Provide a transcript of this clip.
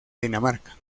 dinamarca